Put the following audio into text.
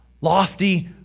Lofty